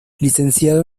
licenciado